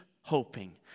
hoping